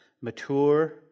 mature